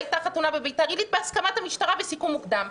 הייתה חתונה בביתר עילית בהסכמת המשטרה בסיכום מוקדם.